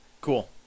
Cool